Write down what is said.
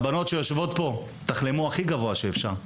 הבנות שיושבות פה, תחלמו הכי גבוה שאפשר.